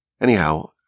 Anyhow